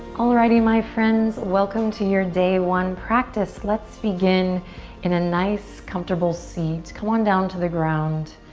alrighty, my friends, welcome to your day one practice. let's begin in a nice, comfortable seat. come on down to the ground.